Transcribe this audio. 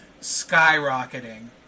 skyrocketing